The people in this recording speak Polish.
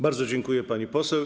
Bardzo dziękuję pani poseł.